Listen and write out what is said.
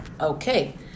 okay